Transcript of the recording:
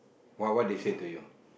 !wah! what they say to you